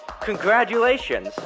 Congratulations